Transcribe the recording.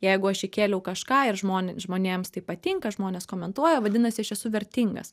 jeigu aš įkėliau kažką ir žmonė žmonėms tai patinka žmonės komentuoja vadinasi aš esu vertingas